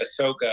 Ahsoka